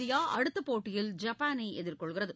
India அடுத்த போட்டியில் ஜப்பானை எதிர்கொள்கிறது